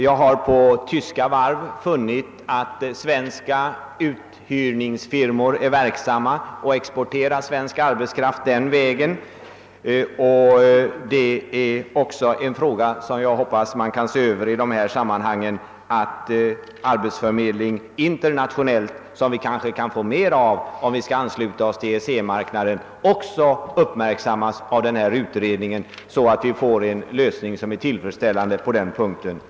Jag har funnit att svenska uthyrningsfirmor är verksamma med att till tyska varv exportera svensk arbetskraft. även detta är en sak som jag hoppas att man kan se över i sammanhanget, så att internationell arbets förmedling — som vi kanske kommer att få än mera av om vi ansluter oss till EEC — också uppmärksammas av utredningen och vi kan få en tillfredsställande lösning även av den frågan.